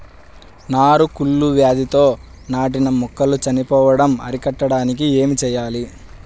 నారు కుళ్ళు వ్యాధితో నాటిన మొక్కలు చనిపోవడం అరికట్టడానికి ఏమి చేయాలి?